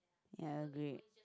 ya agreed